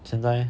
现在 leh